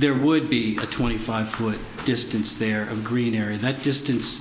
there would be a twenty five foot distance there a green area that distance